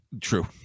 True